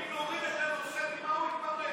אם נוריד את הנושא ממה הוא יתפרנס?